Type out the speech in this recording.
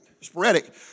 Sporadic